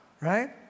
right